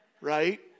Right